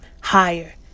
higher